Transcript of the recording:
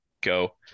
go